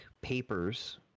papers